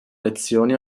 lezioni